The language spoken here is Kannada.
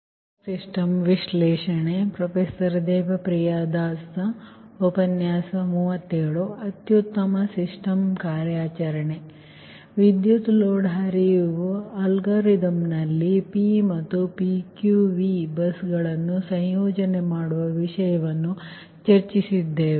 ಆದ್ದರಿಂದ ವಿದ್ಯುತ್ ಲೋಡ್ ಹರಿವು ಅಲ್ಗಾರಿದಮ್ ನಲ್ಲಿ P ಮತ್ತು PQV ಬಸ್ಗಳನ್ನು ಸಂಯೋಜನೆ ಮಾಡುವ ವಿಷಯವನ್ನು ಚರ್ಚಿಸಿದ್ದೇವೆ